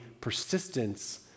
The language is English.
persistence